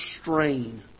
strain